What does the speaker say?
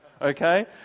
okay